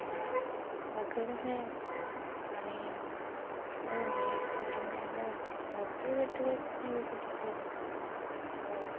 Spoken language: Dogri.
अगर पानी नेईं होऐ कड्ढने आह्ला मोटर कन्नै बी नेईं कड्ढी सकदे होर